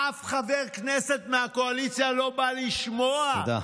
אף חבר כנסת מהקואליציה לא בא לשמוע, תודה.